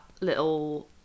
little